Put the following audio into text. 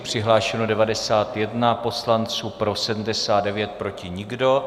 Přihlášen 91 poslanec, pro 79, proti nikdo.